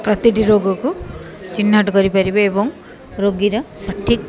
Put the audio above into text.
ପ୍ରତିଟି ରୋଗକୁ ଚିହ୍ନଟ କରିପାରିବେ ଏବଂ ରୋଗୀର ସଠିକ୍